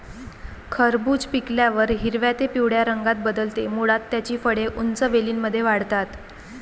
खरबूज पिकल्यावर हिरव्या ते पिवळ्या रंगात बदलते, मुळात त्याची फळे उंच वेलींमध्ये वाढतात